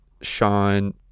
sean